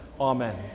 Amen